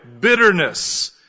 bitterness